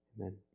Amen